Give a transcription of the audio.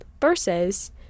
versus